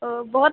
ओ बहुत